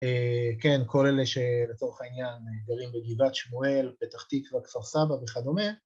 כן, כל אלה שלצורך העניין גרים בגבעת שמואל, בתחתית כפר סבא וכדומה.